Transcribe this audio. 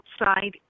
outside